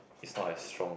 is not as strong